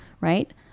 right